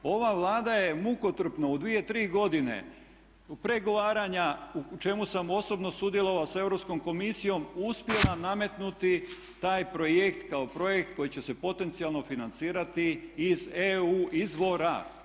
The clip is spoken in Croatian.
Ova Vlada je mukotrpno u 2, 3 godine pregovaranja u čemu sam osobno sudjelovao sa Europskom komisijom uspjela nametnuti taj projekt kao projekt koji će se potencijalno financirati iz EU izvora.